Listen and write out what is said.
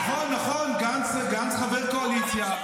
נכון, נכון, גנץ חבר קואליציה.